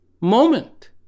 moment